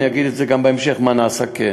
ובהמשך אני אגיד גם מה כן נעשה,